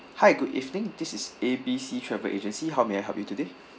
hi good evening this is A B C travel agency how may I help you today